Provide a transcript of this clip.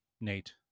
Nate